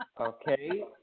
okay